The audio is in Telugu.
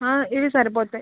ఆ ఇది సరిపోతుంది